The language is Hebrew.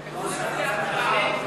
הכפתור.